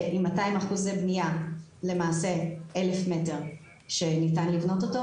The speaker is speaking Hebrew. עם 200% בנייה למעשה 1,000 מטר שניתן לבנות אותו,